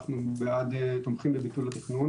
אנחנו תומכים בביטול התכנון,